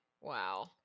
Wow